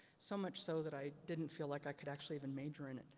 so much so that i didn't feel like i could actually even major in it,